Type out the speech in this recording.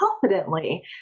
confidently